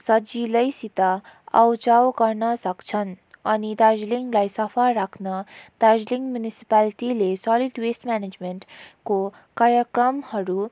सजिलैसित आउजाउ गर्न सक्छन् अनि दार्जिलिङलाई सफा राख्न दार्जिलिङ म्युनिसिपालिटीले सलिड वेस्ट म्यानेजमेन्टको कार्यक्रमहरू